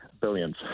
Billions